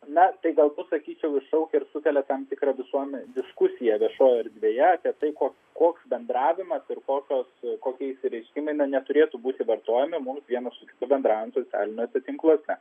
na tai galbūtsakyčiau iššaukia ir sukelia tam tikrą visuomenės diskusiją viešojoje erdvėje apie tai koks koks bendravimas ir kokios kokie išsireiškimai na neturėtų būti vartojami mums vienas su kitu bendraujant socialiniuose tinkluose